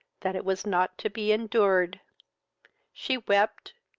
that it was not to be endured she wept,